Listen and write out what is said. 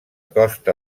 costa